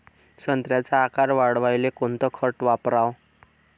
संत्र्याचा आकार वाढवाले कोणतं खत वापराव?